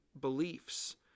beliefs